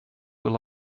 were